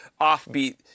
offbeat